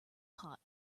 pot